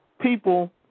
people